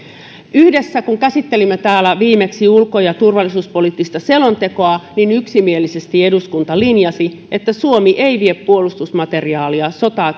yhdessä käsittelimme täällä viimeksi ulko ja turvallisuuspoliittista selontekoa niin yksimielisesti eduskunta linjasi että suomi ei vie puolustusmateriaalia sotaa